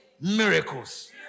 miracles